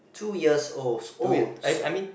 two years old oh